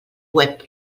web